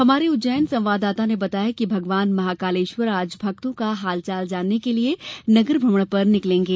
हमारे उज्जैन संवाददाता ने बताया है कि भगवान महाकालेश्वर आज भक्तों का हालचाल जानने के लिये नगरभ्रमण पर निकलेंगे